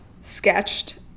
sketched